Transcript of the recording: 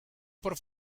por